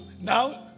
now